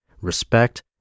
respect